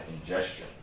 ingestion